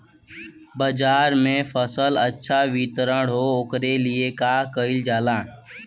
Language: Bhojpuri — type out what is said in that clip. बाजार में हमार फसल अच्छा वितरण हो ओकर लिए का कइलजाला?